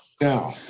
Now